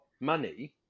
money